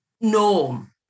norm